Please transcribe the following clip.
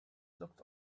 looked